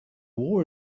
war